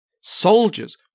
soldiers